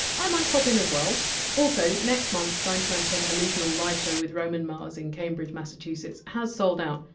i might pop in as well also, next month! s ninety nine percent allusional live show with roman mars in cambridge, massachusetts has sold out,